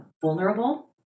vulnerable